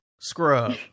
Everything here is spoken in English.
scrub